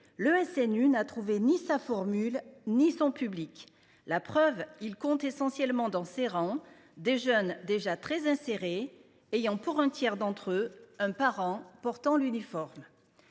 le SNU n’a trouvé ni sa formule ni son public. La preuve : il compte essentiellement dans ses rangs des jeunes déjà très insérés, ayant pour un tiers d’entre eux un parent portant l’uniforme.